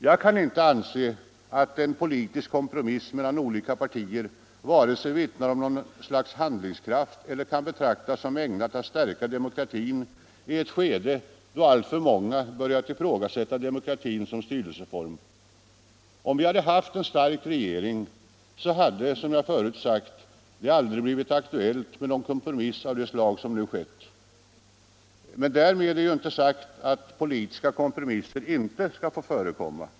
Jag kan inte inse att en politisk kompromiss mellan olika partier vare sig vittnar om något slags handlingskraft eller kan betraktas som ägnad att stärka demokratin i ett skede då alltför många börjat ifrågasätta demokratin som styrelseform. Om vi haft en stark regering hade — som jag förut sagt — det aldrig blivit aktuellt med någon kompromiss av det slag som nu gjorts. Men därmed är inte sagt att politiska kompromisser icke skall få förekomma.